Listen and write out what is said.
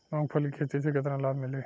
मूँगफली के खेती से केतना लाभ मिली?